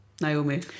Naomi